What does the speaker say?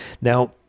Now